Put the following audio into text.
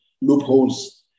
loopholes